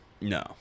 No